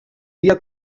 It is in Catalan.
dia